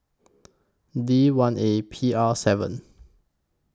D one A P R seven